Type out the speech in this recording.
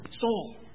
soul